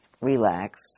relax